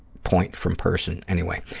point from person. anyway,